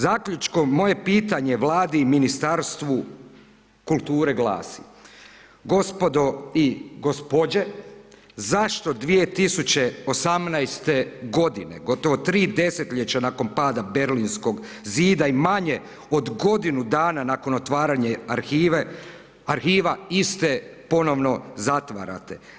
Zaključkom, moje pitanje Vladi i Ministarstvu kulture glasi: „Gospodo i gospođe, zašto 2018. godine, gotovo 3 desetljeća nakon pada Berlinskog zida i manje od godinu dana nakon otvaranja arhiva iste ponovno zatvarate?